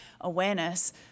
awareness